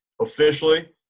Officially